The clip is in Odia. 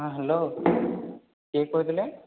ହଁ ହ୍ୟାଲୋ କିଏ କହୁଥିଲେ